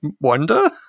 wonder